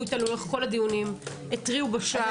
הם היו אתנו בכל הדיונים והתריעו בשער.